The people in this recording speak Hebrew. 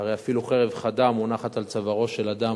הרי אפילו חרב חדה מונחת על צווארו של אדם,